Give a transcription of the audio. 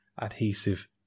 adhesive